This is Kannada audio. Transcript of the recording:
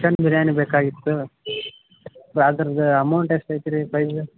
ಚಿಕನ್ ಬಿರ್ಯಾನಿ ಬೇಕಾಗಿತ್ತು ಅದ್ರದು ಅಮೌಂಟ್ ಎಷ್ಟೈತೆ ರೀ ಪ್ರೈಸು